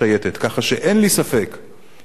כך שאין לי ספק שאם,